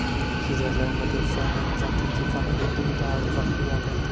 स्वित्झर्लंडमध्ये सॅनेन जातीची चांगली दुधाळ बकरी आढळते